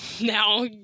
now